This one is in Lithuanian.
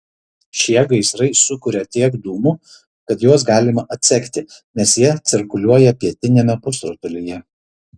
šie gaisrai sukuria tiek dūmų kad juos galima atsekti nes jie cirkuliuoja pietiniame pusrutulyje